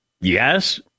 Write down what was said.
yes